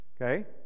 Okay